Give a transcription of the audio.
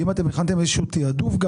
הכנתם איזה שהוא תיעדוף,